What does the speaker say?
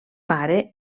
pare